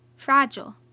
fragile.